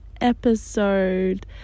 episode